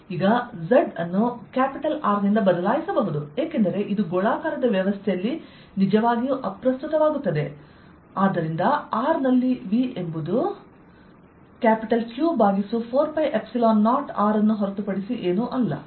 ಈಗ ನಾನು z ಅನ್ನು R ನಿಂದ ಬದಲಾಯಿಸಬಹುದು ಏಕೆಂದರೆ ಇದು ಗೋಳಾಕಾರದ ವ್ಯವಸ್ಥೆಯಲ್ಲಿ ನಿಜವಾಗಿಯೂ ಅಪ್ರಸ್ತುತವಾಗುತ್ತದೆ ಮತ್ತು ಆದ್ದರಿಂದ R ನಲ್ಲಿ V ಎಂಬುದು Q4π0R ಅನ್ನು ಹೊರತುಪಡಿಸಿ ಏನೂ ಅಲ್ಲ